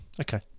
okay